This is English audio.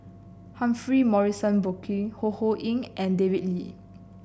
Humphrey Morrison Burkill Ho Ho Ying and David Lee